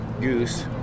Goose